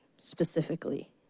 specifically